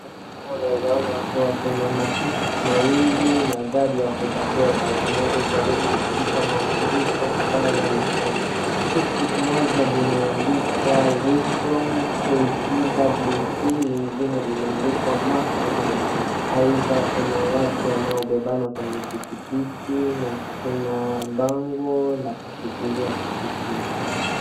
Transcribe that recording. Kuna matuktuk mawili na gari ya bodaboda zinazojaribu kupita mafuriko ambayo yamesomba. tuk tuk moja limeandikwa wisdom ktwc , lingine limeandikwa mastermind. Aidha kuna watu wanaobebana kwenye pikipiki na kuna ban`go la kushikiria piki piki.